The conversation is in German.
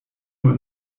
nur